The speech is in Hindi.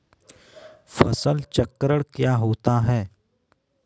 फसल चक्रण क्या होता है?